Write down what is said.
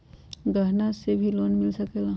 गहना से भी लोने मिल सकेला?